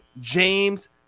james